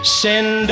send